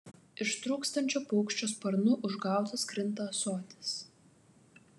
ištrūkstančio paukščio sparnu užgautas krinta ąsotis